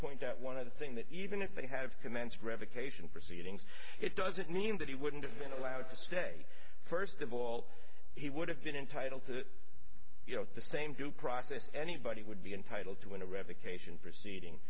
point out one other thing that even if they have commenced revocation proceedings it doesn't mean that he wouldn't have been allowed to stay first of all he would have been entitled to you know the same due process anybody would be entitled to in a revocation proceeding